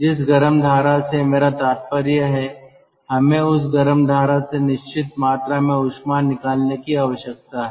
जिस गर्म धारा से मेरा तात्पर्य है हमें उस गर्म धारा से निश्चित मात्रा में ऊष्मा निकालने की आवश्यकता है